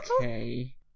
okay